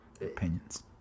Opinions